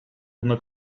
buna